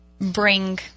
bring